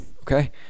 Okay